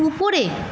উপরে